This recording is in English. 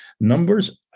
numbers